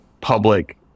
public